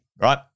right